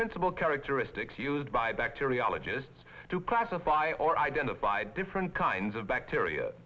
principal characteristics used by bacteriologists to classify or identify different kinds of bacteria